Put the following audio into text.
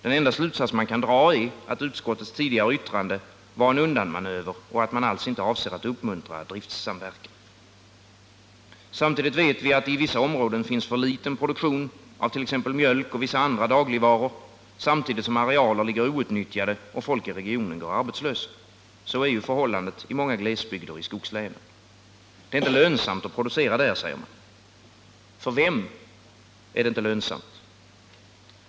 Den enda slutsats man kan dra är att utskottets tidigare yttrande var en undanmanöver och att man alls inte avser att uppmuntra driftssamverkan. Samtidigt vet vi att det i vissa områden finns för liten produktion av t.ex. mjölk och vissa andra dagligvaror, samtidigt som arealer ligger outnyttjade och folk i regionen går arbetslösa. Så är ju förhållandet i många glesbygder i skogslänen. Det är inte lönsamt att producera där, säger man. För vem är det inte lönsamt?